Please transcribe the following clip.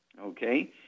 Okay